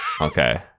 Okay